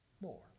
more